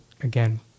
again